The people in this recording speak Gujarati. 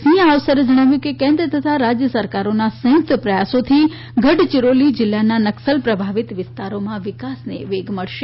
સિંહ આ અવસરે જણાવ્યું કે કેન્દ્ર તથા રાજય સરકારોના સંયુકત પ્રયાસોથી ગઢચીરોલી જીલ્લાના નકસલ પ્રભાવિત વિસ્તારોમાં વિકાસને વેગ મળશે